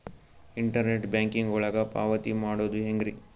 Internet banking ಒಳಗ ಪಾವತಿ ಮಾಡೋದು ಹೆಂಗ್ರಿ?